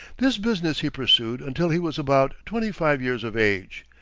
this business he pursued until he was about twenty-five years of age,